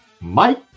Mike